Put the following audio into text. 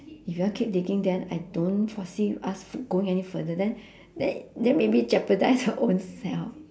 if you want keep digging then I don't forsee us going any further then then then maybe jeopardise her own self